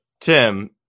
tim